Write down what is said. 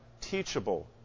teachable